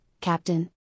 Captain